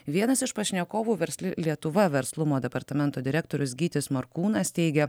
vienas iš pašnekovų versli lietuva verslumo departamento direktorius gytis morkūnas teigė